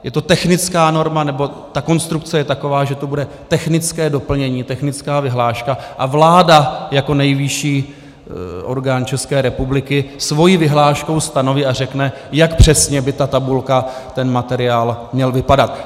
Je to technická norma, nebo ta konstrukce je taková, že to bude technické doplnění, technická vyhláška, a vláda jako nejvyšší orgán České republikou svou vyhláškou stanoví a řekne, jak přesně by ta tabulka, ten materiál měl vypadat.